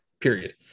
period